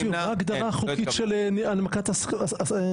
אופיר, מה ההגדרה החוקית של הנמקת ההסתייגות?